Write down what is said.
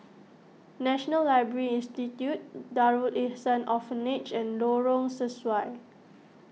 National Library Institute Darul Ihsan Orphanage and Lorong Sesuai